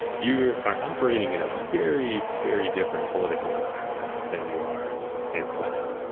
you are operating in a very, very different political environment than you are in the west.